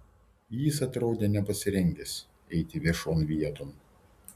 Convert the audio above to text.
jis atrodė nepasirengęs eiti viešon vieton